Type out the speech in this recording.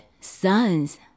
sons